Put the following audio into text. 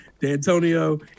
D'Antonio